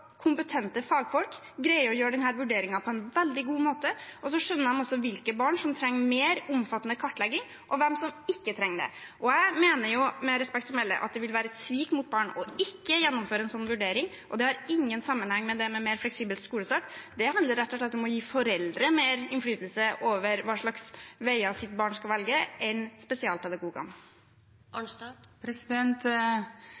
skjønner hvilke barn som trenger mer omfattende kartlegging, og hvem som ikke trenger det. Jeg mener, med respekt å melde, at det vil være et svik mot barn ikke å gjennomføre en sånn vurdering, og det har ingen sammenheng med mer fleksibel skolestart. Det handler rett og slett om å gi foreldre mer innflytelse enn spesialpedagogene over hva slags veier deres barn skal velge.